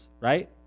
right